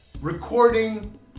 recording